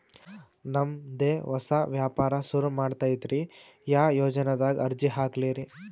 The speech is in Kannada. ನಮ್ ದೆ ಹೊಸಾ ವ್ಯಾಪಾರ ಸುರು ಮಾಡದೈತ್ರಿ, ಯಾ ಯೊಜನಾದಾಗ ಅರ್ಜಿ ಹಾಕ್ಲಿ ರಿ?